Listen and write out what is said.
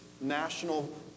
national